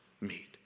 meet